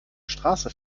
straße